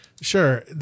Sure